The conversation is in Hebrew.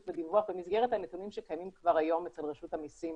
ודיווח מסגרת הנתונים שקיימים כבר היום אצל רשות המיסים.